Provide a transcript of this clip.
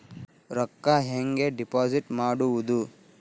ರೊಕ್ಕ ಹೆಂಗೆ ಡಿಪಾಸಿಟ್ ಮಾಡುವುದು?